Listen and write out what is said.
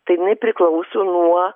tai jinai priklauso nuo